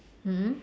mm